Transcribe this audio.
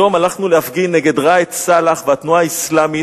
היום הלכנו להפגין נגד ראאד סלאח והתנועה האסלאמית,